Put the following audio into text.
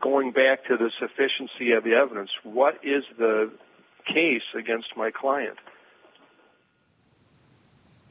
going back to the sufficiency of the evidence what is the case against my client